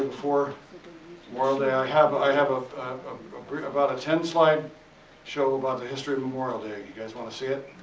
before memorial day. i have, i have a about a ten slide show about the history of memorial day. you guys want to see it?